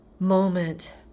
Moment